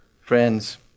friends